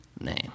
name